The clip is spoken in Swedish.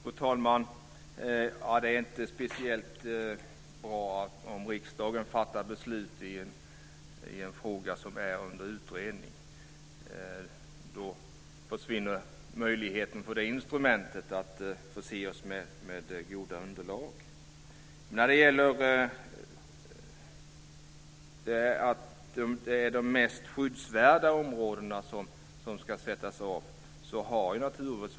Fru talman! Det är inte speciellt bra om riksdagen fattar beslut i en fråga som är under utredning. Då försvinner möjligheten för det instrumentet att förse oss med goda underlag. Naturvårdsverket har en samordnande roll i frågan om att de mest skyddsvärda områdena ska sättas av.